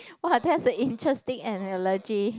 !wah! that's a interesting analogy